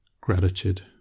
Gratitude